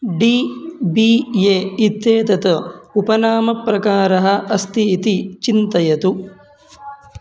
D B A इत्येतत् उपनामप्रकारः अस्ति इति चिन्तयतु